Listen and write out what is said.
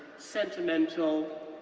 sentimental,